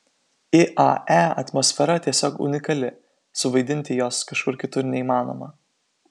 iae atmosfera tiesiog unikali suvaidinti jos kažkur kitur neįmanoma